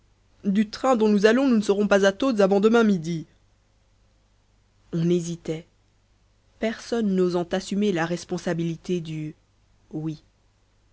du train dont nous allons nous ne serons pas à tôtes avant demain midi on hésitait personne n'osant assumer la responsabilité du oui